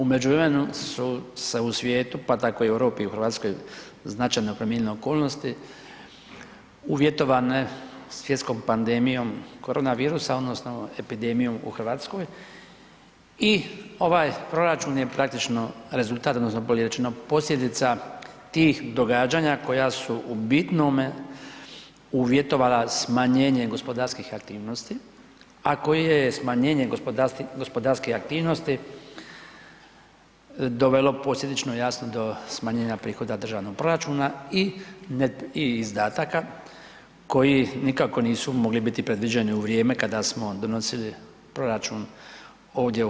U međuvremenu su se u svijetu pa tako i u Europi i u HRvatskoj značajno promijenile okolnosti uvjetovane svjetskom pandemijom korona virusa odnosno epidemijom u RH i ovaj proračun je praktično rezultat odnosno bolje rečeno posljedica tih događanja koja su u bitnome uvjetovala smanjenje gospodarskih aktivnosti, a koje je smanjenje gospodarskih aktivnosti dovelo posljedično jasno do smanjenja prihoda državnog proračuna i izdataka koji nikako nisu mogli biti predviđeni u vrijeme kada smo donosili proračun ovdje u HS.